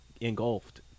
engulfed